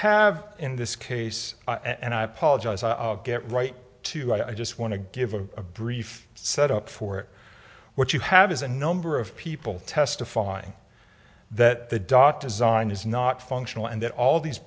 have in this case and i apologize i'll get right to i just want to give a brief set up for what you have is a number of people testifying that the dot design is not functional and that all these